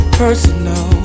personal